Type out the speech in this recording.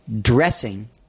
dressing